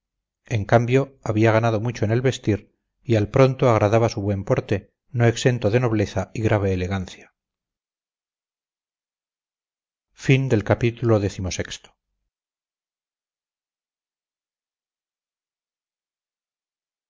en cambio había ganado mucho en el vestir y al pronto agradaba su buen porte no exento de nobleza y grave elegancia